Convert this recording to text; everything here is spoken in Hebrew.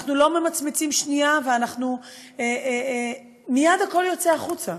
אנחנו לא ממצמצים שנייה ומייד הכול יוצא החוצה,